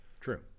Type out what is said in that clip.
True